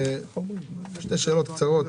שתי שאלות קצרות.